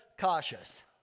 cautious